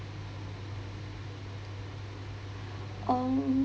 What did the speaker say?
um